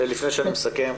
לפני שאני מסכם,